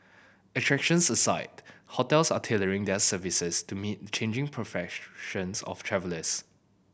attractions aside hotels are tailoring their services to meet changing of travellers